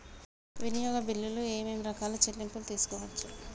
వినియోగ బిల్లులు ఏమేం రకాల చెల్లింపులు తీసుకోవచ్చు?